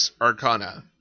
Arcana